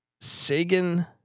Sagan